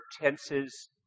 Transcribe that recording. tenses